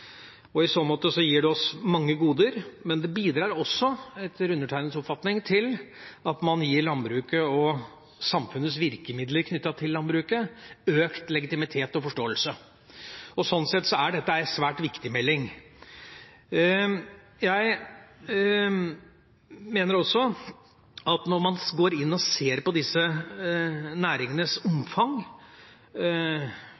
I så måte gir det oss mange goder, men det bidrar også etter undertegnedes oppfatning til at man gir landbruket og samfunnets virkemidler knyttet til landbruket økt legitimitet og forståelse. Sånn sett er dette en svært viktig melding. Driftsgranskningene Norsk institutt for landbruksøkonomisk forskning har gjort av bl.a. 888 bruk, viser at over 80 pst. av disse